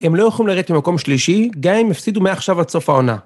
הם לא יכולים לרדת למקום שלישי, גם אם הם יפסידו מעכשיו עד סוף העונה.